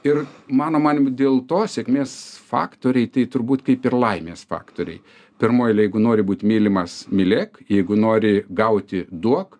ir mano manymu dėl to sėkmės faktoriai tai turbūt kaip ir laimės faktoriai pirmoj eilėj jeigu nori būt mylimas mylėk jeigu nori gauti duok